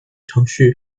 程序